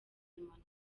emmanuel